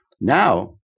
Now